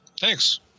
Thanks